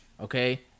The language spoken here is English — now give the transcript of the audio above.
Okay